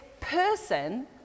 person